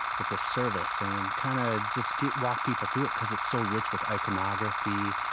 with this service and kind of just walk people through it because it's so rich with iconography,